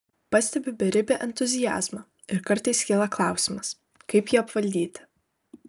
pastebiu beribį entuziazmą ir kartais kyla klausimas kaip jį apvaldyti